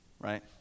Right